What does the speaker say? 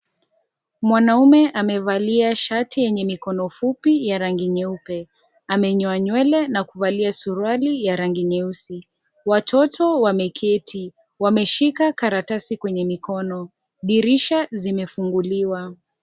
Mwanaume amevalia shati yenye mikono fupi yenye rangi nyeupe, amenyoa nywele na kuvalia suruali ya rangi nyeusi. Watoto wameketi wameshika karatasi kwenye mikono, dirisha zimefunguliwa.